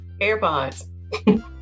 AirPods